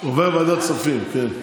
זה עובר לוועדת כספים, כן.